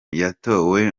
yatowe